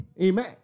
Amen